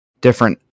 different